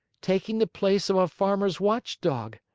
taking the place of a farmer's watchdog.